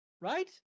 right